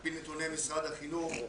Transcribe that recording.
על פי נתוני משרד החינוך,